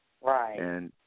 right